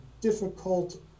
difficult